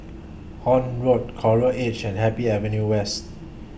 Horne Road Coral Edge and Happy Avenue West